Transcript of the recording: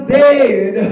dead